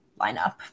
lineup